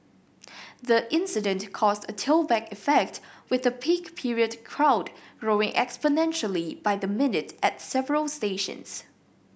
the incident caused a tailback effect with the peak period crowd growing exponentially by the minute at several stations